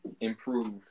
improve